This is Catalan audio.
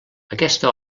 aquesta